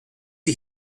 die